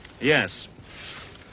Yes